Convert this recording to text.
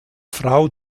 frau